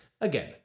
Again